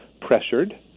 pressured